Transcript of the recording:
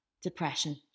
depression